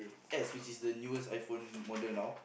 S which is the newest iPhone model now